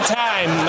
time